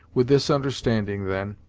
with this understanding, then,